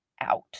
out